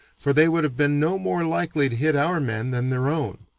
for they would have been no more likely to hit our men than their own,